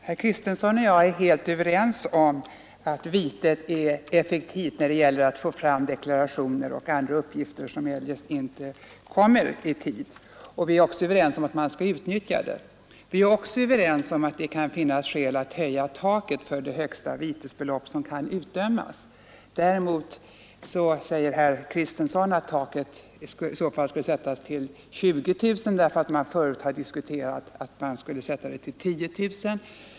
Herr talman! Herr Kristenson och jag är helt överens om att vitet är effektivt när det gäller att få fram deklarationer och andra uppgifter som eljest inte kommer in i tid, och vi är också överens om att man skall utnyttja det. Vi är vidare ense om att det kan finnas skäl att höja taket för det högsta vitesbelopp som kan utdömas. Herr Kristenson säger att taket i så fall skulle sättas till 20 000 kronor därför att man vid dess tillkomst diskuterat att sätta det till 10 000 kronor.